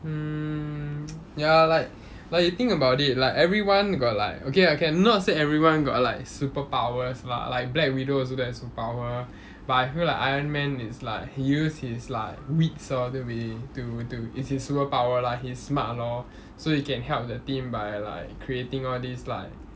mm ya like like you think about it like everyone got like okay ah not say everyone got like superpowers lah like black widow also don't have superpower but I feel like iron man is like he use his like wits orh to be to to it's his superpower lah he's smart lor so he can help the team by like creating all these like like